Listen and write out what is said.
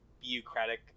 bureaucratic